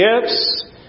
gifts